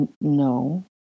No